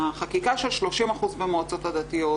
החקיקה של 30% במועצות הדתיות,